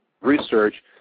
research